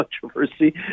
controversy